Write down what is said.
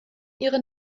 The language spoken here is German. ihre